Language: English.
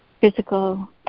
physical